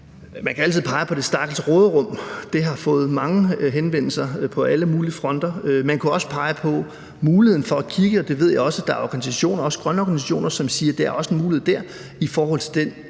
kan man altid pege på det stakkels råderum, som har fået mange henvendelser på alle mulige fronter. Man kunne også pege på muligheden for at kigge på – og jeg ved, at der også er grønne organisationer, som siger, at der er en mulighed der – den